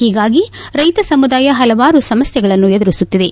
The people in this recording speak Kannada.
ಹೀಗಾಗಿ ರೈತ ಸಮುದಾಯ ಹಲವಾರು ಸಮಸ್ಥೆಗಳನ್ನು ಎದುರಿಸುತ್ತಿದೆ